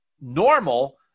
normal